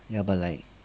ya but like